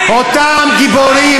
אותם גיבורים,